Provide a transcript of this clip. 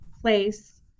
place